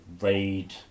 raid